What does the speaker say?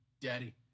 Daddy